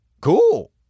Cool